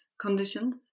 conditions